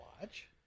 watch